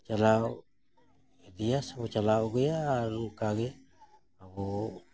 ᱪᱟᱞᱟᱣ ᱤᱫᱤᱭᱟ ᱥᱮᱵᱚ ᱪᱟᱞᱟᱣ ᱟᱹᱜᱩᱭᱟ ᱟᱨ ᱚᱱᱠᱟ ᱜᱮ ᱟᱵᱚ